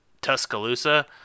Tuscaloosa